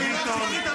אבל זה לא דיון.